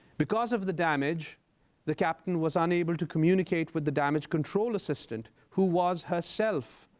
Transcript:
because of the damage the captain was unable to communicate with the damage control assistant who was, herself,